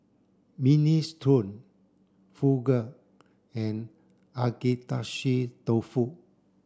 Minestrone Fugu and Agedashi dofu